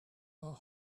are